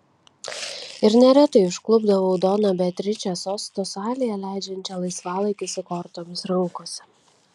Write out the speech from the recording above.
ir neretai užklupdavau doną beatričę sosto salėje leidžiančią laisvalaikį su kortomis rankose